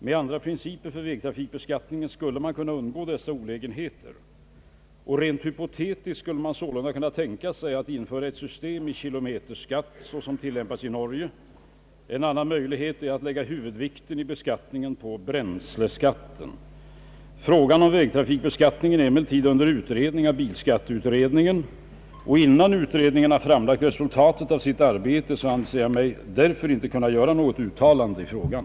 Med andra principer för vägtrafikbeskattningen skulle man kunna undgå dessa olägenheter. Rent hypotetiskt skulle man sålunda kunna tänka sig att införa ett system med kilometerskatt såsom tillämpas i Norge. En annan möjlighet är att lägga huvudvikten 1 beskattningen på bränsleskatt. Frågan om vägtrafikbeskattningen är emellertid under utredning av bilskatteutredningen. Innan utredningen framlagt resultatet av sitt arbete anser jag mig därför inte kunna göra något uttalande i frågan.